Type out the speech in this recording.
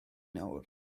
nawr